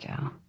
go